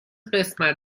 قسمت